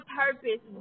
purpose